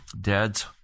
Dad's